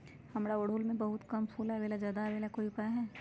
हमारा ओरहुल में बहुत कम फूल आवेला ज्यादा वाले के कोइ उपाय हैं?